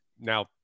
now